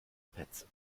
petze